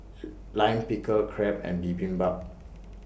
Lime Pickle Crepe and Bibimbap